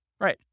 Right